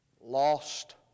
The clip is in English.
lost